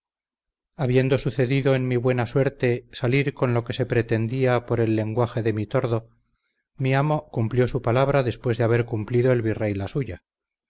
habiendo sucedido en mi buena suerte salir con lo que se pretendía por el lenguaje de mi tordo mi amo cumplió su palabra después de haber cumplido el virrey la suya